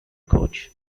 coach